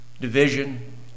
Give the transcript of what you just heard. Division